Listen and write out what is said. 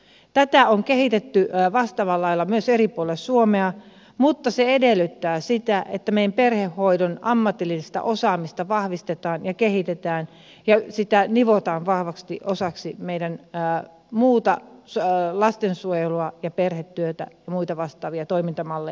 tätä on kehitetty vastaavalla lailla myös eri puolilla suomea mutta se edellyttää sitä että meidän perhehoidon ammatillista osaamista vahvistetaan ja kehitetään ja sitä nivotaan vahvasti osaksi meidän muuta lastensuojelua ja perhetyötä ja muita vastaavia toimintamalleja